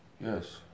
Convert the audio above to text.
Yes